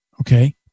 Okay